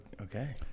Okay